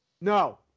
No